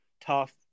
tough